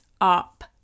up